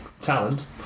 talent